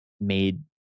made